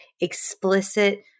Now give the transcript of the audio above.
explicit